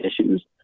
issues